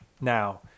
now